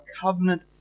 covenant